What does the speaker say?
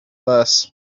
bus